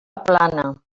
plana